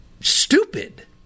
stupid